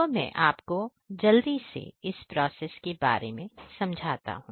तो मैं आपको जल्दी से इस प्रोसेस के बारे में समझा देता हूं